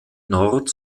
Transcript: nord